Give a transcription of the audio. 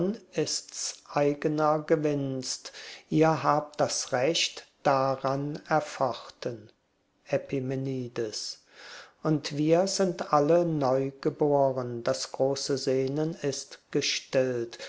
eigener gewinst ihr habt das recht daran erfochten epimenides und wir sind alle neugeboren das große sehnen ist gestillt